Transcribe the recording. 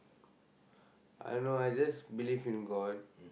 I know I just believe in god